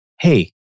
hey